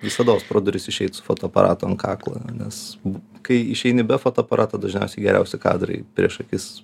visados pro duris išeit su fotoaparatu an kaklo nes kai išeini be fotoaparato dažniausiai geriausi kadrai prieš akis